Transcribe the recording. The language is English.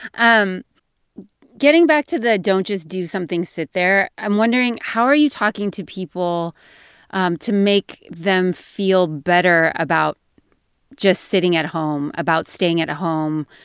um getting back to the, don't just do something sit there i'm wondering, how are you talking to people um to make them feel better about just sitting at home, about staying at home?